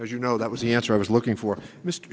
as you know that was the answer i was looking for m